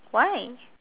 why